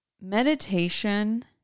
meditation